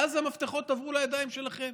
ואז המפתחות עברו לידיים שלכם,